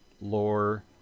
lore